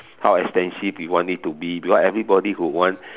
how extensive you want it to be because everybody would want